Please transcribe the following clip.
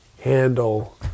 handle